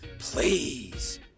Please